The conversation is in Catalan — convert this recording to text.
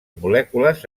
molècules